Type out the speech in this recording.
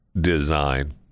design